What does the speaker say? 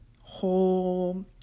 whole